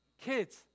Kids